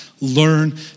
learn